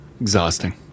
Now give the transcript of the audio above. Exhausting